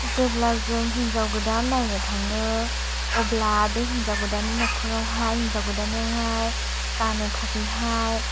जेब्ला जों हिन्जाव गोदान नायनो थाङो अब्ला बे हिन्जाव गोदाननि नखरावहाय हिन्जाव गोदाननोहाय गान्नो थाखायहाय